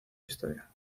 historia